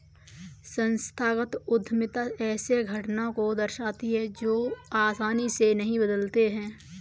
संस्थागत उद्यमिता ऐसे घटना को दर्शाती है जो आसानी से नहीं बदलते